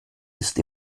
ist